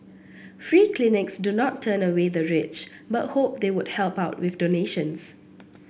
free clinics do not turn away the rich but hope they would help out with donations